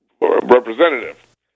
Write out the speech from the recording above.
representative